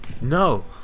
No